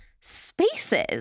spaces